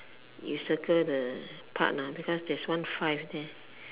you circle the part ah because there's one five there